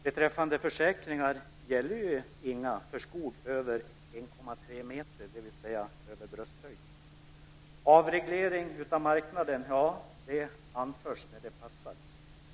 Det finns ju inga försäkringar som gäller för skog över 1,3 meter, dvs. över brösthöjd. Avreglering av marknaden brukar anföras när det passar.